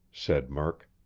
said murk.